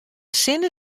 sinne